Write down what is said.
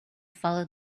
follow